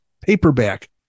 paperback